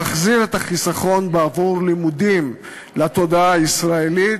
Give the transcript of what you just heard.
להחזיר את החיסכון בעבור לימודים לתודעה הישראלית,